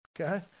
okay